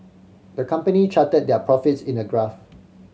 the company charted their profits in a graph